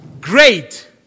great